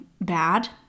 bad